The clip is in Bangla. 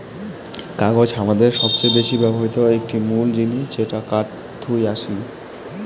কাগজ হামাদের সবচেয়ে বেশি ব্যবহৃত একটি মুল জিনিস যেটা কাঠ থুই আসি